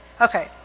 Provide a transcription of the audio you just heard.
Okay